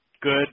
good